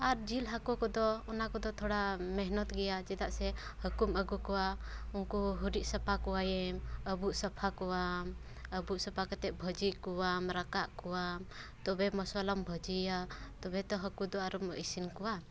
ᱟᱨ ᱡᱤᱞ ᱦᱟᱹᱠᱩ ᱠᱚᱫᱚ ᱚᱱᱟ ᱠᱚᱫᱚ ᱛᱷᱚᱲᱟ ᱢᱮᱦᱱᱚᱛ ᱜᱮᱭᱟ ᱪᱮᱫᱟᱜ ᱥᱮ ᱦᱟᱹᱠᱩᱢ ᱟᱹᱜᱩ ᱠᱚᱣᱟ ᱩᱱᱠᱩ ᱦᱩᱨᱤᱜ ᱥᱟᱯᱟ ᱠᱚᱣᱟᱭᱮᱢ ᱟᱵᱩᱜ ᱥᱟᱯᱷᱟ ᱠᱚᱣᱟᱢ ᱟᱵᱩᱜ ᱥᱟᱯᱷᱟ ᱠᱟᱛᱮ ᱵᱷᱟᱹᱡᱤ ᱠᱚᱣᱟᱢ ᱨᱟᱠᱟᱵ ᱠᱚᱣᱟᱢ ᱛᱚᱵᱮ ᱢᱚᱥᱚᱞᱟᱢ ᱵᱷᱟᱹᱡᱤᱭᱟ ᱛᱚᱵᱮ ᱛᱚ ᱦᱟᱹᱠᱩ ᱫᱚ ᱟᱨᱮᱢ ᱤᱥᱤᱱ ᱠᱚᱣᱟ